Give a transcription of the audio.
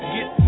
Get